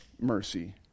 mercy